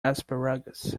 asparagus